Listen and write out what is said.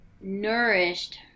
nourished